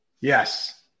Yes